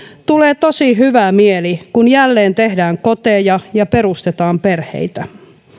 tulee tosi hyvä mieli kun jälleen tehdään koteja ja perustetaan perheitä